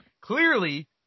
clearly